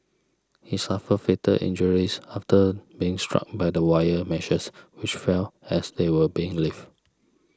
he suffered fatal injuries after being struck by the wire meshes which fell as they were being lifted